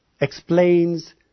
explains